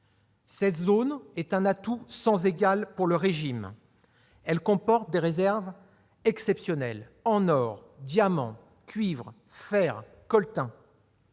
Cette zone est un atout sans égal pour le régime. Elle comporte des réserves exceptionnelles en or, diamant, cuivre, fer et coltan.